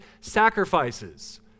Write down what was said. sacrifices